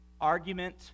argument